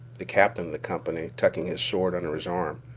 the captain of the company, tucking his sword under his arm,